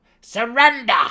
Surrender